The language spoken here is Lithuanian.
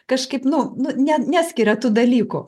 kažkaip nu nu ne neskiria tų dalykų